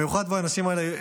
המיוחד באנשים האלה,